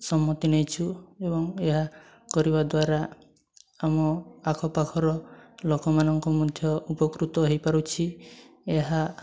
ସମ୍ମତି ନେଇଛୁ ଏବଂ ଏହା କରିବା ଦ୍ୱାରା ଆମ ଆଖପାଖର ଲୋକମାନଙ୍କୁ ମଧ୍ୟ ଉପକୃତ ହେଇପାରୁଛି ଏହା